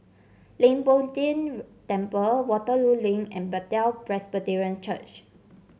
Leng Poh Tian Temple Waterloo Link and Bethel Presbyterian Church